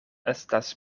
estas